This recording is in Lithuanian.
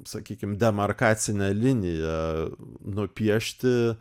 sakykim demarkacinę liniją nupiešti